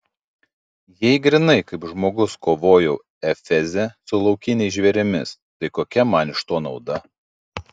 jei grynai kaip žmogus kovojau efeze su laukiniais žvėrimis tai kokia man iš to nauda